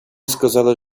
сказали